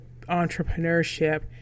entrepreneurship